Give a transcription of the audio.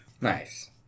Nice